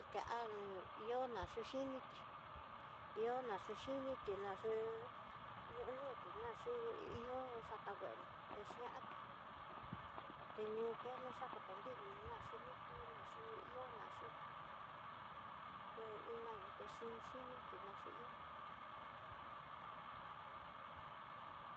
Tikal ihóna xhuxhini chí, ihóna xhuxhini tiná xi ihó nuti ná xhini na chu ihó cha nguená, texhiatí tiñukeno xakotonri noxhiná xhi yu ni kuná chú ihoná chú ko iná yuté xhini tiná xhi ihó.